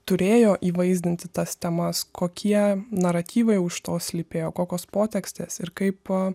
turėjo įvaizdinti tas temas kokie naratyvai už to slypėjo kokios potekstės ir kaip a